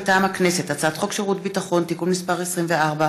מטעם הכנסת: הצעת חוק שירות ביטחון (תיקון מס' 24)